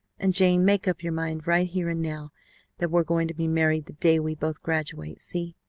and jane, make up your mind right here and now that we're going to be married the day we both graduate, see?